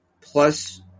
plus –